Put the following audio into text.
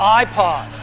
iPod